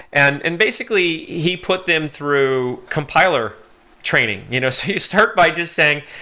and and basically he put them through compiler training. you know so you start by just saying,